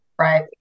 Right